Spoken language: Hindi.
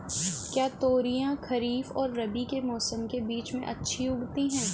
क्या तोरियां खरीफ और रबी के मौसम के बीच में अच्छी उगती हैं?